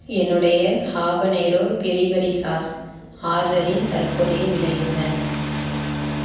என்னுடைய habanero peri peri sauce ஆர்டரின் தற்போதைய நிலை என்ன